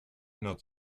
not